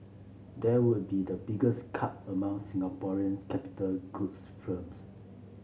that would be the biggest cut among Singaporeans capital goods firms